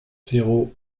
zéro